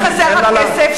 כי חסר הכסף.